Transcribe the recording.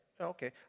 Okay